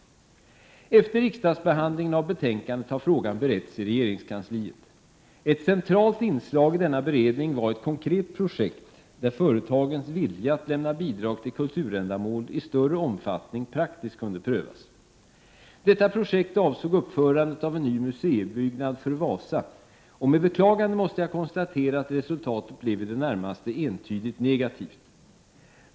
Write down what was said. Efter riksdagsbehandlingen av betänkandet har frågan beretts i regeringskansliet. Ett centralt inslag i denna beredning var ett konkret projekt där företagens vilja att lämna bidrag till kulturändamål i större omfattning praktiskt kunde prövas. Detta projekt avsåg uppförandet av en ny museibyggnad för Wasa, och med beklagande måste jag konstatera att resultatet blev i det närmaste entydigt negativt.